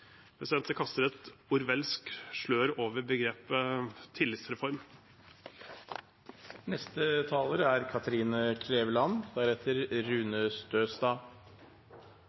Det kaster et orwellsk slør over begrepet «tillitsreform». En av Stortingets viktigste oppgaver er